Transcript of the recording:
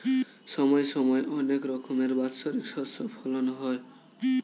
সময় সময় অনেক রকমের বাৎসরিক শস্য ফলন হয়